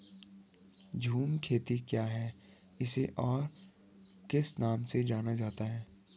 झूम खेती क्या होती है इसे और किस नाम से जाना जाता है?